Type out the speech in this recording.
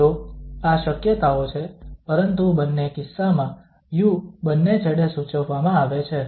તો આ શક્યતાઓ છે પરંતુ બંને કિસ્સામાં u બંને છેડે સૂચવવામાં આવે છે